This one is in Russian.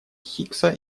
хиггса